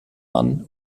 one